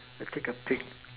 take a peek